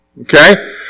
Okay